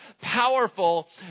powerful